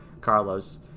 Carlos